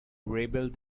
rebuild